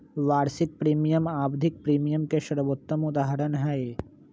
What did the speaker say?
वार्षिक प्रीमियम आवधिक प्रीमियम के सर्वोत्तम उदहारण हई